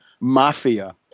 mafia